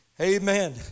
Amen